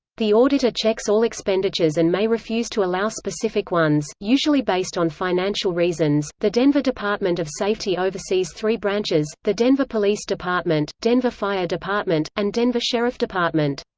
the auditor checks all expenditures and may refuse to allow specific ones, usually based on financial reasons the denver department of safety oversees three branches the denver police department, denver fire department, and denver sheriff department.